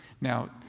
Now